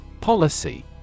Policy